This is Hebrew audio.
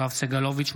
יואב סגלוביץ',